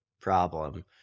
problem